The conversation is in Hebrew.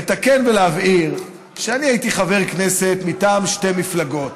לתקן ולהבהיר שאני הייתי חבר כנסת מטעם שתי מפלגות: